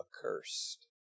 accursed